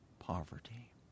Poverty